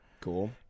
Cool